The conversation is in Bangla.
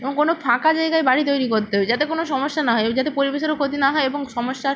এবং কোনো ফাঁকা জায়গায় বাড়ি তৈরি করতে হবে যাতে কোনো সমস্যা না হয় ওই যাতে পরিবেশেরও ক্ষতি না হয় এবং সমস্যার